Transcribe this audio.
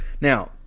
Now